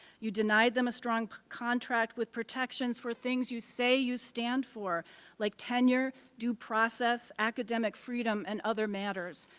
you denied them as strong contract with protections for things you say you stand for like ten year, due process, academic freedom and other matters.